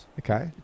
Okay